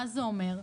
ומה זה אומר?